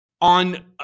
on